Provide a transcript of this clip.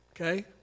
Okay